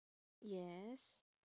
yes